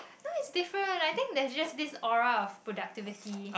no it's different I think they just aura of productivity